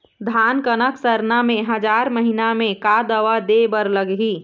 धान कनक सरना मे हजार महीना मे का दवा दे बर लगही?